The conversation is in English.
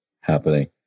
happening